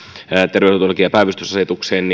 terveydenhuoltolaki ja päivystysasetukseen